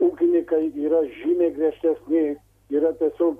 ūkinykai yra žymiai griežtesni yra tiesiog